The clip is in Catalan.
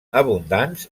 abundants